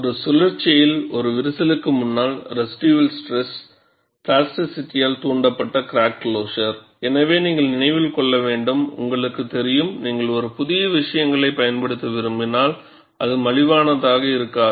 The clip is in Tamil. ஒரு சுழற்சியில் ஒரு விரிசலுக்கு முன்னால் ரெசிடியூல் ஸ்ட்ரெஸ் பிளாஸ்டிசிட்டியால் தூண்டப்பட்ட crack closure Residual stress ahead of a crack in a cycle Plasticity induced crack closure எனவே நீங்கள் நினைவில் கொள்ள வேண்டும் உங்களுக்குத் தெரியும் நீங்கள் ஒரு புதிய விசயங்களை பயன்படுத்த விரும்பினால் அது மலிவானதாக இருக்காது